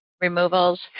removals